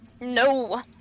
No